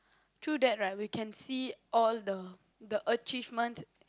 through that right we can see all the the achievements